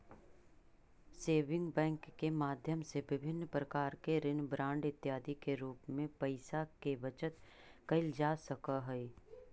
saving bank के माध्यम से विभिन्न प्रकार के ऋण बांड इत्यादि के रूप में पैइसा के बचत कैल जा सकऽ हइ